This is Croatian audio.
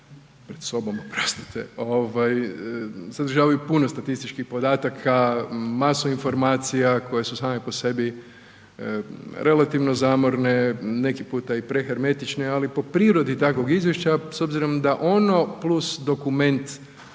pred sobom sadržavaju puno statističkih podataka, masu informacija koje su same po sebi relativno zamorne, neki puta i prehermetične, ali po prirodi takvog izvješća s obzirom da ono plus dokument